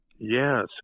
Yes